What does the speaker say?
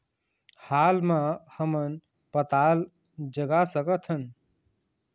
हाल मा हमन पताल जगा सकतहन?